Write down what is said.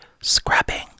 scrubbing